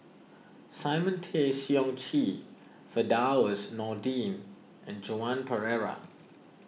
Simon Tay Seong Chee Firdaus Nordin and Joan Pereira